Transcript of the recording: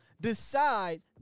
decide